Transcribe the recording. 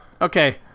Okay